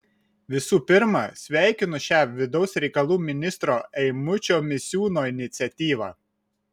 visų pirma sveikinu šią vidaus reikalų ministro eimučio misiūno iniciatyvą